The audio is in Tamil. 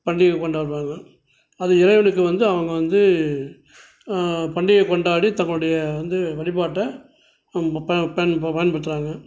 பண்டிகை கொண்டாடுறாங்க அது இறைவனுக்கு வந்து அவங்க வந்து பண்டிகை கொண்டாடி தங்களுடைய வந்து வழிபாட்ட ப ப பயன் பயன்படுத்துகிறாங்க